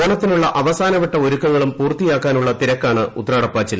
ഓണത്തിനുള്ള അവസാനവട്ട ഒരുക്കങ്ങളും പൂർത്തിയാക്കാനുള്ള തിരക്കാണ് ഉത്രാടപ്പാച്ചിൽ